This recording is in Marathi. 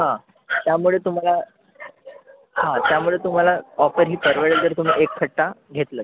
हां त्यामुळे तुम्हाला हां त्यामुळे तुम्हाला ऑफर ही परवडेल तर तुम्हाला एखट्टा घेतलंत